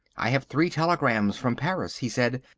i have three telegrams from paris, he said,